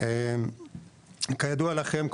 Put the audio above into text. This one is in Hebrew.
כידוע לכם,